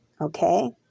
okay